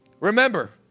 Remember